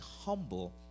humble